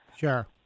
Sure